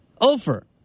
Ofer